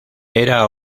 era